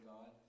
God